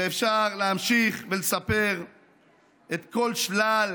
אפשר להמשיך ולספר את כל שלל